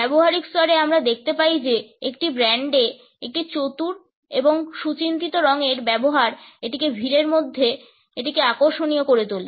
ব্যবহারিক স্তরে আমরা দেখতে পাই যে একটি ব্র্যান্ডে একটি চতুর এবং সুচিন্তিত রঙের ব্যবহার এটিকে ভিড়ের মধ্যে এটিকে আকর্ষণীয় করে তোলে